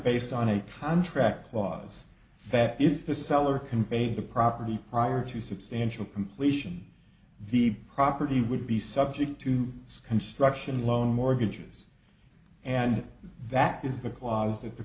based on a contract clause that if the seller conveyed the property prior to substantial completion the property would be subject to this construction loan mortgages and that is the clause th